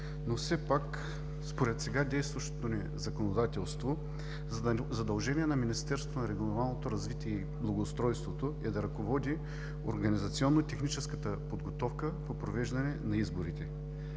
но все пак, според сега действащото ни законодателство, задължение на Министерството на регионалното развитие и благоустройството е да ръководи организационно-техническата подготовка по провеждане на изборите.